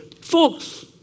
Folks